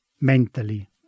mentally